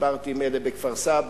דיברתי עם אלה בכפר-סבא,